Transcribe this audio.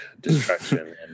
destruction